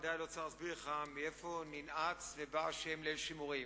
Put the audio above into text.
לך בוודאי לא צריך להסביר מאיפה בא השם ליל שימורים,